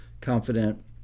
confident